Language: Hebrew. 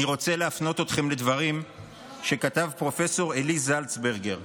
אני רוצה להפנות אתכם לדברים שכתב פרופ' עלי זלצברגר.